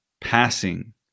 passing